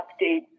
update